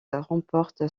remporte